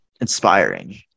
inspiring